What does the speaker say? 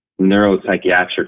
neuropsychiatric